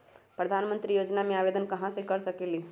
प्रधानमंत्री योजना में आवेदन कहा से कर सकेली?